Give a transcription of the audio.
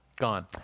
gone